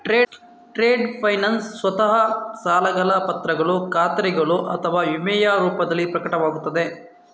trade finance ಸ್ವತಃ ಸಾಲದ ಪತ್ರಗಳು ಖಾತರಿಗಳು ಅಥವಾ ವಿಮೆಯ ರೂಪದಲ್ಲಿ ಪ್ರಕಟವಾಗುತ್ತದೆ